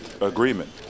agreement